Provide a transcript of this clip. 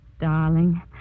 Darling